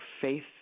faith